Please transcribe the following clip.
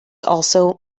also